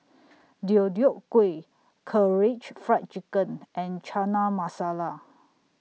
Deodeok Gui Karaage Fried Chicken and Chana Masala